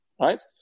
Right